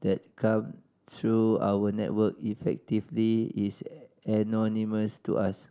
that come through our network effectively is anonymous to us